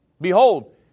behold